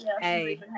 hey